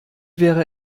wäre